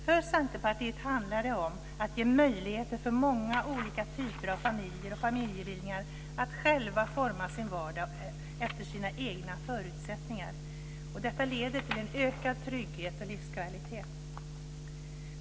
För Centerpartiet handlar det om att ge möjligheter för många olika typer av familjer och familjebildningar att själva forma sin vardag efter sina egna förutsättningar. Det leder till en ökad trygghet och livskvalitet.